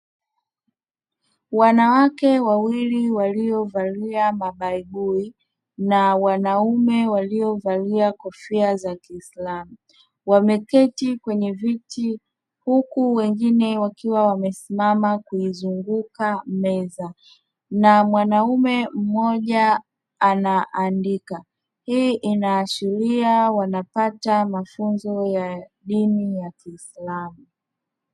Wanawake wawili waliovalia mabaibui na wanaume waliovalia kofia za kiislamu wameketi kwenye viti huku wengine wakiwa wamesimama kuizunguka meza; na mwanaume mmoja anaandika. Hii inaashiria wanapata mafunzo ya dini ya kiislamu.